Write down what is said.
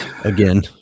Again